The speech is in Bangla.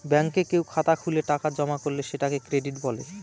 ব্যাঙ্কে কেউ খাতা খুলে টাকা জমা করলে সেটাকে ক্রেডিট বলে